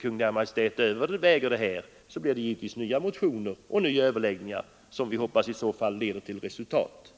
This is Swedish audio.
Kungl. Maj:t inte överväger detta, blir det givetvis nya motioner och nya överläggningar, som vi hoppas i så fall leder till resultat.